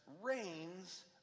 reigns